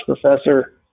professor